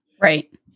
Right